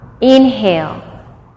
Inhale